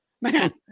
Man